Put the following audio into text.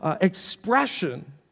expression